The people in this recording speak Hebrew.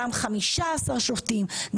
גם 15 שופטים,